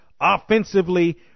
Offensively